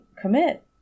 commit